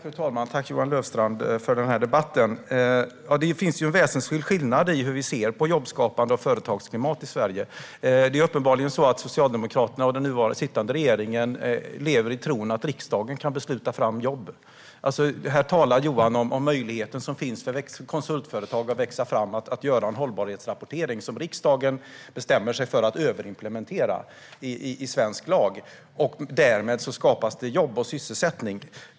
Fru talman! Jag tackar Johan Löfstrand för debatten. Det finns en väsentlig skillnad i hur vi ser på jobbskapande och företagsklimat i Sverige. Det är uppenbarligen så att Socialdemokraterna och den sittande regeringen lever i tron att riksdagen kan besluta fram jobb. Här talar Johan om möjligheten som finns för konsultföretag att växa fram och genomföra hållbarhetsrapportering, som riksdagen bestämmer sig för att överimplementera i svensk lag. Därmed skapas det jobb och sysselsättning.